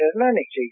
डरना नहीं चाहिए